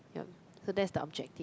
yup so that's the objective